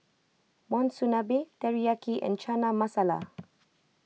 Monsunabe Teriyaki and Chana Masala